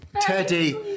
Teddy